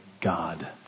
God